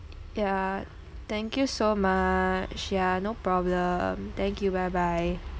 ya thank you so much ya no problem thank you bye bye